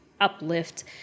uplift